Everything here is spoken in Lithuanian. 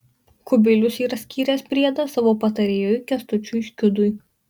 kubilius yra skyręs priedą savo patarėjui kęstučiui škiudui